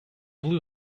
blew